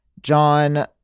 John